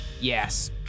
Yes